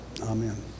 amen